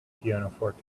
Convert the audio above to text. pianoforte